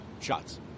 shots